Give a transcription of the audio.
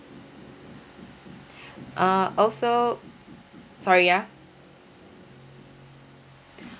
uh also sorry ya